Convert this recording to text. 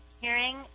hearing